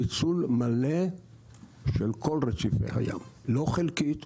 ניצול מלא של כל רציפי הים לא חלקית,